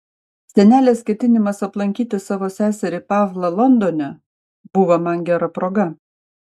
senelės ketinimas aplankyti savo seserį pavlą londone buvo man gera proga